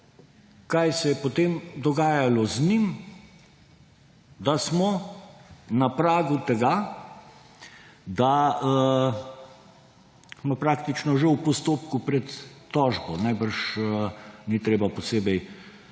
kaj se je potem dogajalo z njim, da smo na pragu tega, da smo praktično že v postopku pred tožbo, najbrž ni treba posebej